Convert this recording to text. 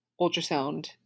ultrasound